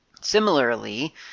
Similarly